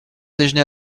déjeuner